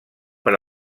per